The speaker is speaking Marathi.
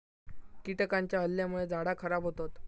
कीटकांच्या हल्ल्यामुळे झाडा खराब होतत